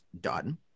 done